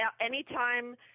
anytime